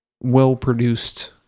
well-produced